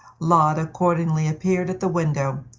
laud accordingly appeared at the window,